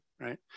right